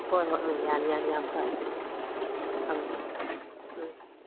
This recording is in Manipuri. ꯍꯣꯏ ꯍꯣꯏ ꯑꯪ ꯌꯥꯅꯤ ꯌꯥꯅꯤ ꯌꯥꯝ ꯐꯔꯦ ꯊꯝꯃꯦ ꯊꯝꯃꯦ ꯎꯝ